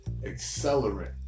accelerant